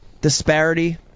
disparity